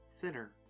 thinner